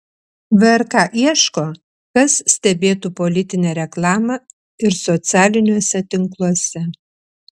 vrk ieško kas stebėtų politinę reklamą ir socialiniuose tinkluose